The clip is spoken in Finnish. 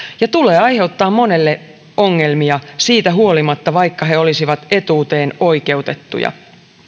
ja aiheuttamaan monelle ongelmia vaikka he olisivat etuuteen oikeutettuja